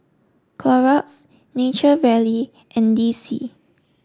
Clorox Nature Valley and D C